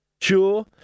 Sure